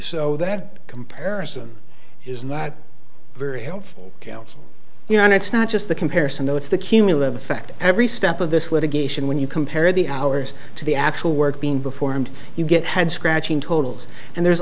so that comparison is not very helpful you know and it's not just the comparison though it's the cumulative effect every step of this litigation when you compare the hours to the actual work being before and you get head scratching totals and there's